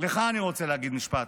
לך אני רוצה להגיד משפט: